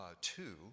two